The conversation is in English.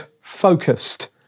focused